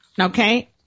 Okay